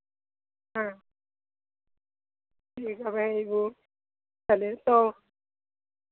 हाँ ठीक अबहे अइबो तले तो